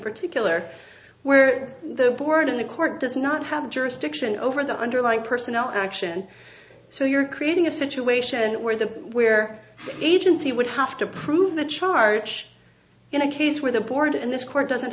particular where the board in the court does not have jurisdiction over the underlying personnel action so you're creating a situation where the where agency would have to prove the charge in a case where the board in this court doesn't